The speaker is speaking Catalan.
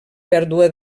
pèrdua